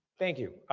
thank you.